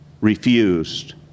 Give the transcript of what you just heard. refused